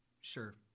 sure